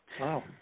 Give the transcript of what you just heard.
Wow